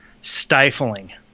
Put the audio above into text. stifling